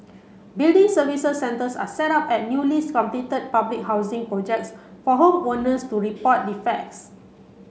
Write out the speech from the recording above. building services centres are set up at newly completed public housing projects for home owners to report defects